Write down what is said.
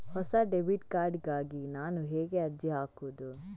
ಹೊಸ debit card ಗಾಗಿ ನಾನು ಹೇಗೆ ಅರ್ಜಿ ಹಾಕುದು?